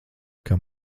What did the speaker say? kam